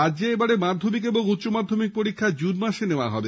রাজ্যে এবারের মাধ্যমিক ও উচ্চ মাধ্যমিক পরীক্ষা জুন মাসে নেওয়া হবে